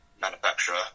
manufacturer